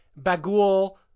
Bagul